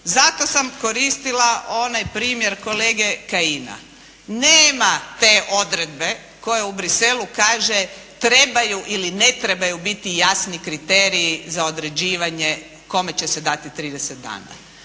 zato sam koristila onaj primjer kolege Kajina. Nema te odredbe koja u Bruxellesu kaže trebaju ili ne trebaju biti jasni kriteriji za određivanje kome će se dati trideset